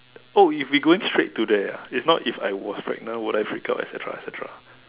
oh if we going straight to there ah it's not if I was pregnant will I break up et cetera et cetera